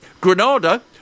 granada